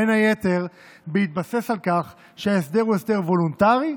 בין היתר בהתבסס על כך שההסדר הוא הסדר וולונטרי,